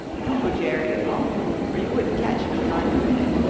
no, jerry, it won't or you wouldn't catch me going up in it.